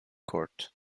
court